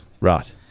Right